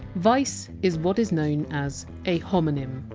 vice! is what is known as a homonym.